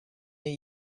new